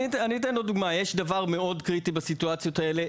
אני אתן עוד דוגמה: יש דבר מאוד קריטי מאוד קריטי בסיטואציות האלה,